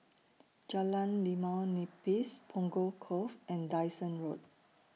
Jalan Limau Nipis Punggol Cove and Dyson Road